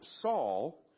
Saul